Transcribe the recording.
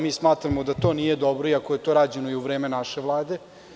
Mi smatramo da to nije dobro, iako je to rađeno i u vreme naše Vlade.